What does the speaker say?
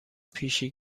پیشی